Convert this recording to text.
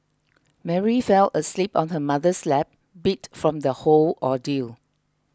Mary fell asleep on her mother's lap beat from the whole ordeal